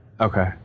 Okay